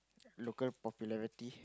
local popularity